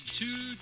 two